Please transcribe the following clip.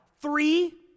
three